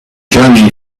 journey